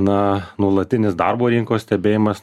na nuolatinis darbo rinkos stebėjimas